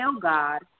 God